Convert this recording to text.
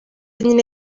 nyine